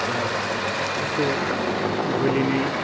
बा एसे बोलोनि